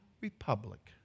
Republic